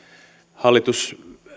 hallitus